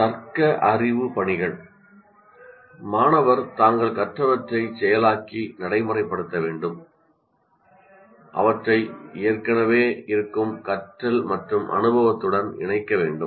பகுத்தறிவு பணிகள் மாணவர் தாங்கள் கற்றவற்றைச் செயலாக்கி நடைமுறைப்படுத்த வேண்டும் அவற்றை ஏற்கனவே இருக்கும் கற்றல் மற்றும் அனுபவத்துடன் இணைக்க வேண்டும்